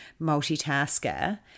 multitasker